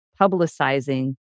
publicizing